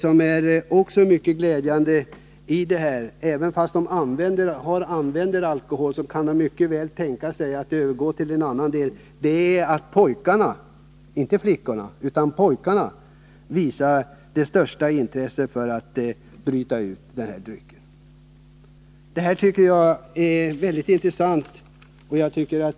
Något som också är mycket glädjande är att det är pojkarna, inte flickorna, som visar det största intresset för att byta ut alkoholdryckerna. Detta tycker jag är väldigt intressant.